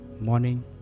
morning